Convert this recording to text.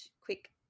quick